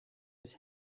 his